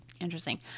Interesting